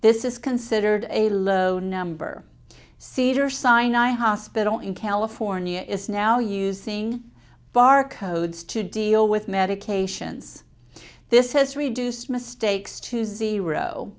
this is considered a low number cedar sinai hospital in california is now using bar codes to deal with medications this has reduced mistakes to zero